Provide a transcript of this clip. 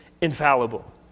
infallible